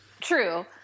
True